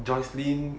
joycelyn